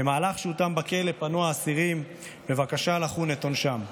במהלך שהותם בכלא פנו האסירים בבקשה לחון את עונשם,